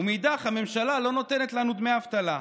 ומאידך גיסא הממשלה לא נותנת לנו דמי אבטלה,